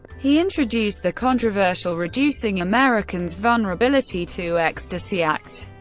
he introduced the controversial reducing americans' vulnerability to ecstasy act,